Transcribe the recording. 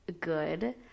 good